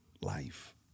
life